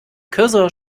cursor